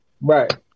Right